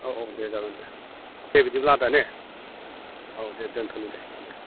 औ औ दे जागोन दे दे बिदिब्ला आदा ने औ दे दोन्थ'नि दे